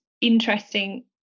interesting